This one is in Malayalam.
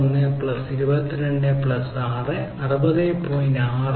61 പ്ലസ് 22 പ്ലസ് 6 ആണ് 60